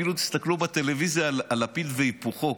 אפילו תסתכלו בטלוויזיה על לפיד והיפוכו,